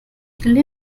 viele